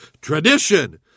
Tradition